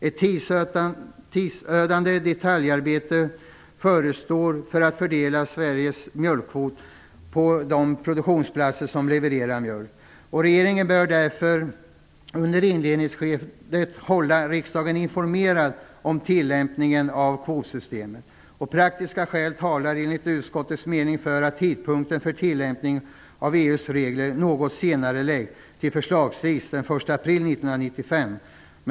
Ett tidsödande detaljarbete förestår för att fördela Sveriges mjölkkvot på de produktionsplatser som levererar mjölk. Regeringen bör därför under inledningsskedet hålla riksdagen informerad om tillämpningen av kvotsystemet. Praktiska skäl talar enligt utskottets mening för att tidpunkten för tillämpning av EU:s regler något senareläggs, till förslagsvis den 1 april 1995.